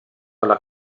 alla